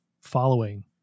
following